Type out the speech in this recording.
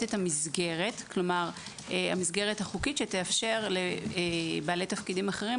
את המסגרת החוקית שתאפשר לבעלי תפקידים אחרים,